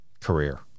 career